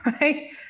right